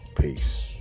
peace